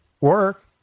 work